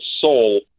Soul